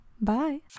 Bye